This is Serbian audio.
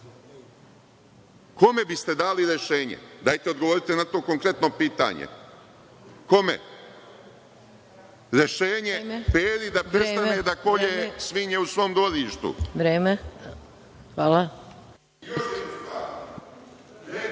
Kome biste dali rešenje? Dajte odgovorite na to konkretno pitanje. Kome? Rešenje Peri da prestane da kolje svinje u svom dvorištu. **Maja